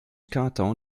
canton